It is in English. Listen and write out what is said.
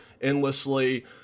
endlessly